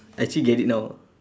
I actually get it now